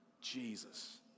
Jesus